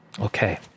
Okay